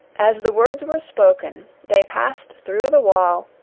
as the words were spoken, they passed through the wall,